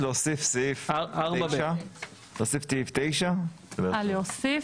להוסיף את סעיף 9. להוסיף?